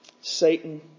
Satan